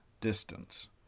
distance